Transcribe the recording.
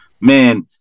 man